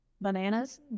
bananas